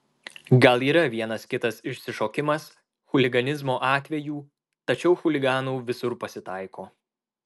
gal yra vienas kitas išsišokimas chuliganizmo atvejų tačiau chuliganų visur pasitaiko